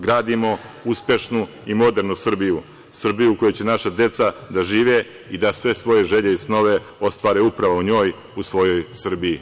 Gradimo uspešnu i modernu Srbiju, Srbiju u kojoj će naša deca da žive i da sve svoje želje i snove ostvare upravo u njoj, u svojoj Srbiji.